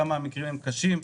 כמה המקרים הם קשים,